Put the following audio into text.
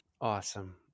Awesome